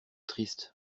triste